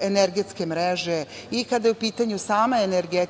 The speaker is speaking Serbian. energetske mreže i kada je u pitanju sama energetika